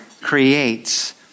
creates